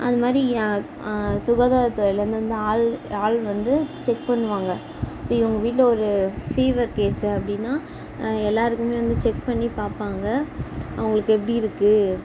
அது மாதிரி சுகாதாரத்துறையிலேருந்து வந்து ஆள் ஆள் வந்து செக் பண்ணுவாங்க இப்போ இவங்க வீட்டில் ஒரு ஃபீவர் கேஸ் அப்படீன்னா எல்லாருக்குமே வந்து செக் பண்ணி பார்ப்பாங்க அவங்களுக்கு எப்படி இருக்குது